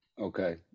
Okay